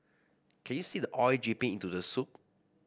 can you see the oil dripping into the soup